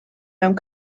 mewn